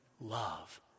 love